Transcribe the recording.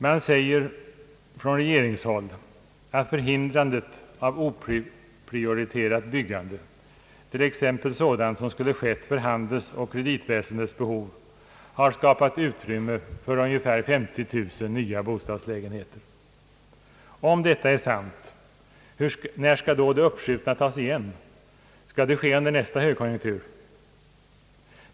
Man säger från regeringshåll att förhindrandet av oprioriterat byggande, t.ex. sådant som skulle ha skett för handelsoch kreditväsendets behov, har skapat utrymme för ungefär 50 000 nya bostadslägenheter. Om detta är sant, när skall då det uppskjutna tas igen? Skall det ske under nästa högkonjunktur?